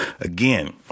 Again